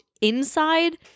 inside